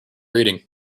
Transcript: reading